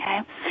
okay